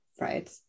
right